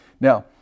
Now